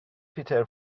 پیتر